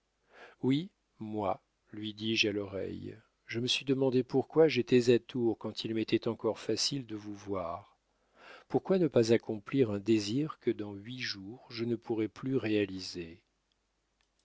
oui moi lui dis-je à l'oreille je me suis demandé pourquoi j'étais à tours quand il m'était encore facile de vous voir pourquoi ne pas accomplir un désir que dans huit jours je ne pourrai plus réaliser